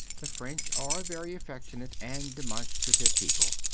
the french are a very affectionate and demonstrative people.